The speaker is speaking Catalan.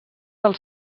del